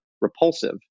repulsive